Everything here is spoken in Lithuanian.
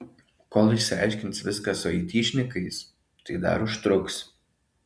kol išsiaiškins viską su aitišnikais tai dar užtruks